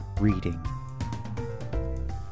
reading